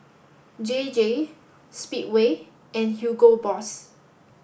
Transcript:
J J Speedway and Hugo Boss